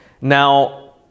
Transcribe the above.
Now